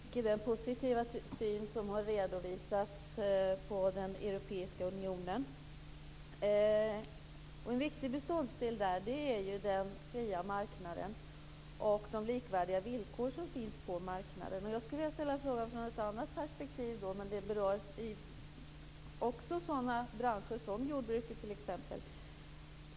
Fru talman! Jag delar i mångt och mycket den positiva syn på den europeiska unionen som har redovisats. En viktig beståndsdel där är ju den fria marknaden och de likvärdiga villkor som finns på marknaden. Jag skulle vilja ställa frågan från ett annat perspektiv, men den berör också sådana branscher som t.ex. jordbruket.